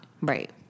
right